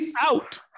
out